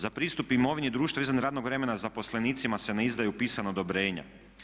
Za pristup imovini društva izvan radnog vremena zaposlenicima se ne izdaju pisana odobrenja.